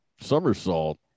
somersault